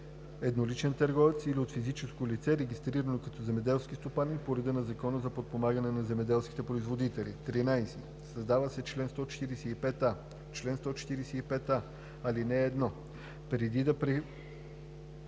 едноличен търговец или от физическо лице, регистрирано като земеделски стопанин по реда на Закона за подпомагане на земеделските производители.“ 13. Създава се чл. 145а: „Чл. 145а. (1) Преди